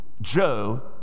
Joe